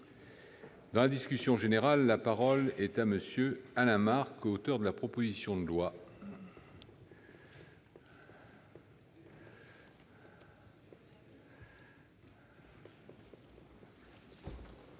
Dans la discussion générale, la parole est à M. Alain Marc, auteur de la proposition de loi. Monsieur